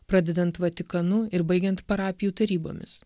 pradedant vatikanu ir baigiant parapijų tarybomis